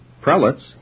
prelates